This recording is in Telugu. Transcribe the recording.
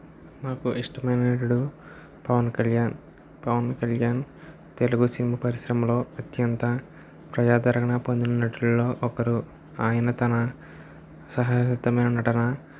నాకు ఇష్టమైన నటుడు పవన్ కళ్యాణ్ పవన్ కళ్యాణ్ తెలుగు సినీ పరిశ్రమలలో అత్యంత ప్రజాదరణ పొందిన నటుల్లో ఒకరు ఆయన తన సహజ సిద్ధమైన నటన